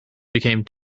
became